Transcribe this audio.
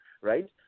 right